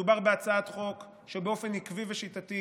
מדובר בהצעת חוק שבאופן עקבי ושיטתי